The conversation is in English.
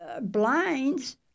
blinds